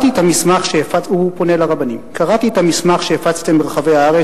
הוא פונה לרבנים: "קראתי את המסמך שהפצתם ברחבי הארץ